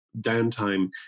downtime